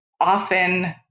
often